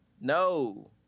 No